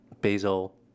basil